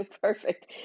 Perfect